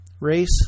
race